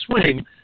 swing